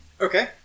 Okay